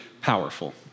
powerful